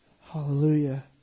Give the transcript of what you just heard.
Hallelujah